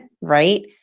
right